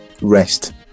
rest